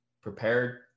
prepared